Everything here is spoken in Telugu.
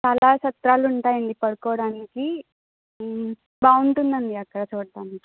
చాలా సత్రాలు ఉంటాయండి పడుకోడానికి బాగుంటుందండి అక్కడ చూడ్డానికి